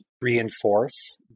reinforce